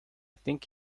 think